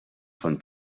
von